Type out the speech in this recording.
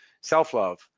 self-love